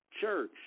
church